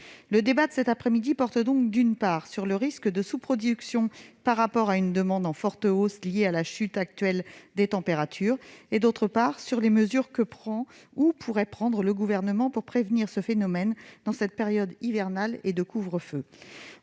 Le débat de cet après-midi porte donc, d'une part, sur le risque de sous-production par rapport à une demande en forte hausse liée à la chute actuelle des températures et, d'autre part, sur les mesures que prend ou pourrait prendre le Gouvernement pour prévenir un tel phénomène, dans cette période hivernale et de couvre-feu.